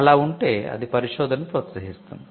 అలా వుంటే అది పరిశోధనను ప్రోత్సహిస్తుంది